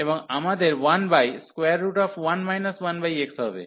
এবং আমাদের 11 1x হবে